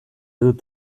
dut